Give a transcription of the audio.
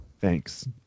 Thanks